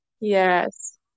Yes